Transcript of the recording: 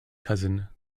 cousin